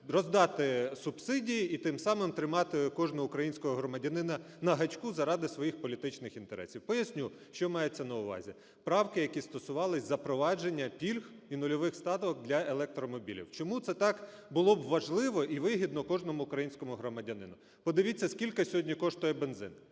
роздати субсидії і тим самим тримати кожного українського громадянина на гачку заради своїх політичних інтересів. Поясню, що мається на увазі. Правки, які стосувалися запровадження пільг і нульових ставок для електромобілів. Чому це так було б важливо і вигідно кожному українському громадянину? Подивіться, скільки сьогодні коштує бензин.